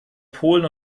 polen